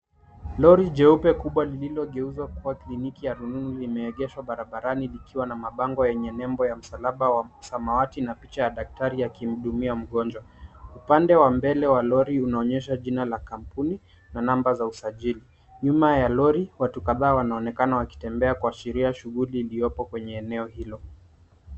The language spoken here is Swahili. Lori jeupe kubwa lililogeuzwa kuwa kliniki ya rununu limeegeshwa barabarani likiwa na mabango yenye nembo ya msalaba wa samawati na picha ya daktari akimhudumia mgonjwa. Upande wa mbele wa lori unaonyesha jina la kampuni na namba za usajili. Nyuma ya lori watu kadhaa wanaonekana wakitembea kuashiria shughuli iliyopo kwenye eneo hilo.